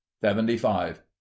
Seventy-five